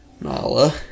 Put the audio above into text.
Nala